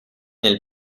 nel